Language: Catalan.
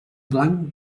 blanc